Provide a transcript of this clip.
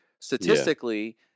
statistically